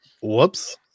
whoops